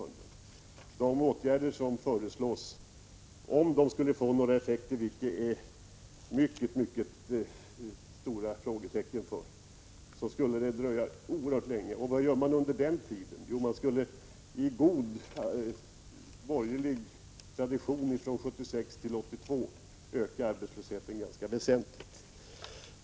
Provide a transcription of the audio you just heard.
Om de åtgärder som föreslås skulle få några effekter, vilket man måste sätta flera frågetecken för, skulle det dröja oerhört länge. Och vad gör man under den tiden? Jo, man skulle enligt god borgerlig tradition från åren 1976—1982 öka arbetslösheten ganska väsentligt.